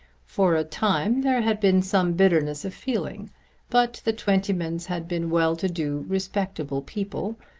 for a time there had been some bitterness of feeling but the twentymans had been well-to-do respectable people,